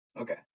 Okay